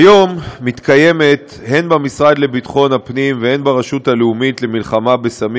כיום מתקיימת הן במשרד לביטחון הפנים והן ברשות הלאומית למלחמה בסמים